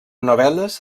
novel·les